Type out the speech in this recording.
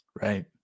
Right